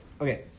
okay